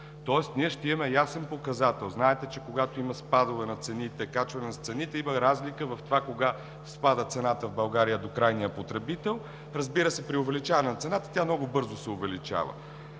Тоест ние ще имаме ясен показател. Знаете, че когато има спадове на цените, качване на цените, има разлика в това кога спада цената в България до крайния потребител, разбира се, при увеличаване на цената – тя много бързо се увеличава.